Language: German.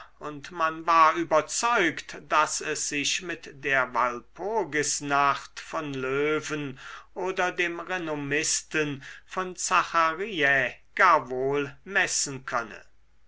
und man war überzeugt daß es sich mit der walpurgisnacht von löwen oder dem renommisten von zachariä gar wohl messen könne